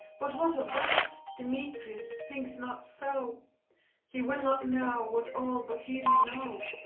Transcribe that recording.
but what of that? demetrius thinks not so he will not know what all but he do know.